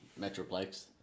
metroplex